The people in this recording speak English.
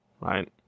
right